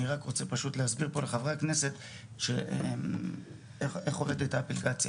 אני רק רוצה להסביר פה לחברי הכנסת איך עובדת האפליקציה.